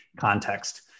context